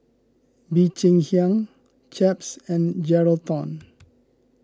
Bee Cheng Hiang Chaps and Geraldton